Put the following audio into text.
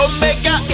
Omega